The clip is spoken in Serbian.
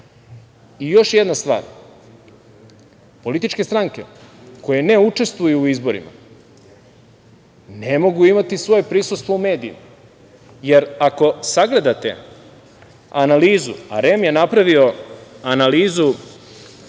jedna stvar, političke stranke koje ne učestvuju u izborima ne mogu imati svoje prisustvo u medijima, jer ako sagledate analizu REM je napravio analizu